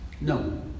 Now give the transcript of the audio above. No